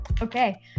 Okay